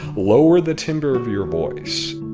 lower the timbre of your voice